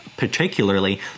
particularly